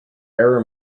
error